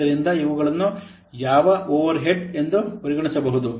ಆದ್ದರಿಂದ ಇವುಗಳನ್ನು ಯಾವ ಓವರ್ಹೆಡ್ ಎಂದು ಪರಿಗಣಿಸಬಹುದು